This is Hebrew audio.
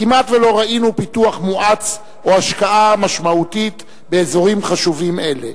כמעט שלא ראינו פיתוח מואץ או השקעה משמעותית באזורים חשובים אלה.